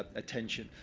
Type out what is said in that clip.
attention,